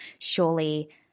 Surely